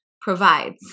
provides